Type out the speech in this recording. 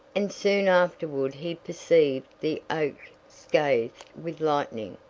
and soon afterward he perceived the oak scathed with lightning,